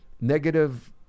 negative